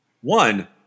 One